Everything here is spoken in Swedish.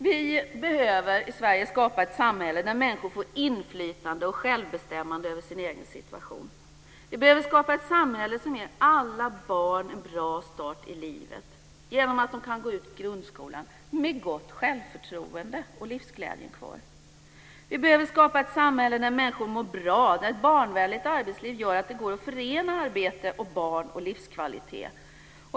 Vi behöver i Sverige skapa ett samhälle där människor får inflytande och självbestämmande över sin egen situation. Vi behöver skapa ett samhälle som ger alla barn en bra start i livet genom att man kan gå ut grundskolan med gott självförtroende och med livsglädjen kvar. Vi behöver skapa ett samhälle där människor mår bra och där ett barnvänligt arbetsliv gör att det går att förena arbete med barn och livskvalitet.